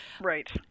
Right